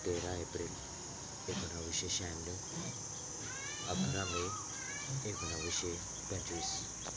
तेरा एप्रिल एकोणाविशे शहाण्णव अकरा मे एकोणाविशे पंचवीस